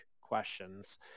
questions